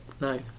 no